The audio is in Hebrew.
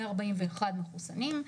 141 מחוסנים.